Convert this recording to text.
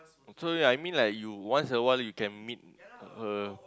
so ya I mean like you once awhile you can meet her